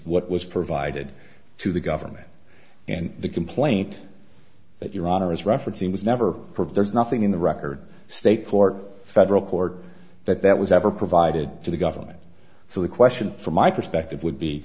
what was provided to the government and the complaint that your honor is referencing was never prove there is nothing in the record state court federal court that that was ever provided to the government so the question from my perspective would be